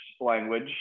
language